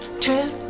trip